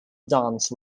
dance